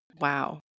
Wow